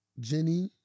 Jenny